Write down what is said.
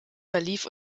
verlief